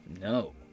No